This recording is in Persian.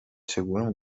چگونه